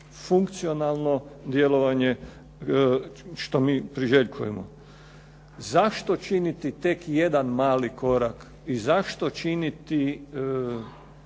funkcionalno djelovanje, što mi priželjkujemo. Zašto činiti tek jedan mali korak i zašto činiti